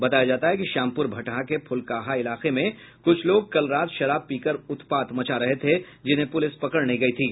बताया जाता है कि श्यामपुर भटहां के फुलकाहा इलाके में कुछ लोग कल रात शराब पीकर उत्पाद मचा रहे थे जिन्हें पुलिस पकड़ने गयी थी